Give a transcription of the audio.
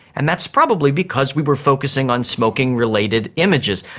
and that's probably because we were focusing on smoking-related images.